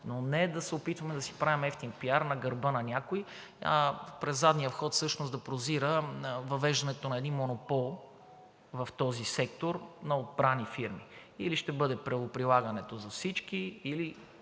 но не да се опитваме да си правим евтин PR на гърба на някой, а през задния вход всъщност да прозира въвеждането на един монопол в този сектор на отбрани фирми. Или ще бъде правоприлагането за всички,